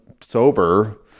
sober